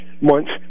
months